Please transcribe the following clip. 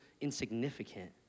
insignificant